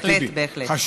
בהחלט, בהחלט.